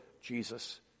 Jesus